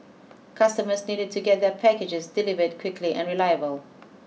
customers needed to get their packages delivered quickly and reliably